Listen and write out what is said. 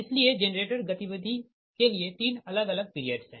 इसलिए जेनरेटर गति विधि के लिए तीन अलग अलग पीरियड्स है